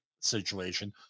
situation